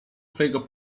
twego